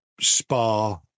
spa